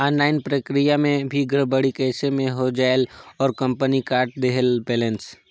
Online प्रक्रिया मे भी गड़बड़ी कइसे मे हो जायेल और कंपनी काट देहेल बैलेंस?